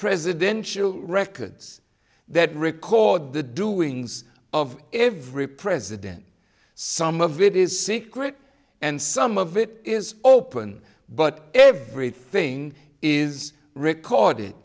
presidential records that record the doings of every president some of it is secret and some of it is open but everything is recorded